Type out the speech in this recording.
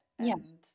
yes